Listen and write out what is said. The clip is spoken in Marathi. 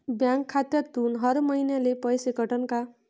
बँक खात्यातून हर महिन्याले पैसे कटन का?